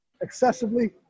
excessively